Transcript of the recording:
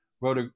wrote